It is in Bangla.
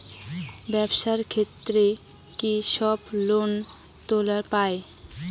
ব্যবসার ক্ষেত্রে কি সবায় লোন তুলির পায়?